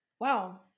Wow